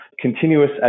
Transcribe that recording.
continuous